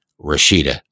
Rashida